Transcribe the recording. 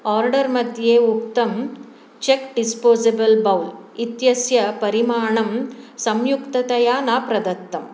order मध्ये उक्तं Chuk disposable bowl इत्यस्य परिमाणं संयुक्तया न प्रदत्तम्